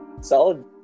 Solid